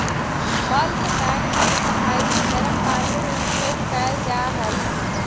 bulk tank के सफाई में गरम पानी के उपयोग कैल जा हई